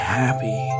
happy